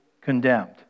condemned